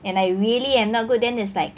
and I really am not good then is like